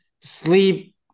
sleep